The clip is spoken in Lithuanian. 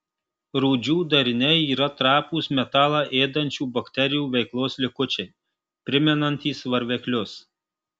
rūdžių dariniai yra trapūs metalą ėdančių bakterijų veiklos likučiai primenantys varveklius